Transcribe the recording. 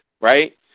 right